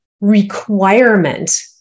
requirement